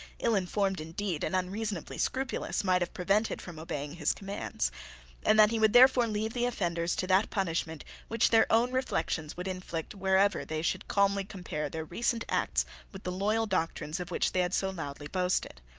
ill informed indeed, and unreasonably scrupulous, might have prevented from obeying his commands and that he would therefore leave the offenders to that punishment which their own reflections would inflict whenever they should calmly compare their recent acts with the loyal doctrines of which they had so loudly boasted.